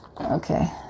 Okay